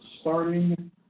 starting